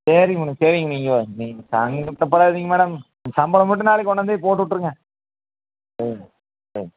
சரிங்க மேடம் சரிங்க நீங்கள் நீங்கள் சங்கடப்படாதீங்க மேடம் சம்பளம் மட்டும் நாளைக்கி ஒன்னாம்தேதி போட்டு விட்ருங்க ம் ம்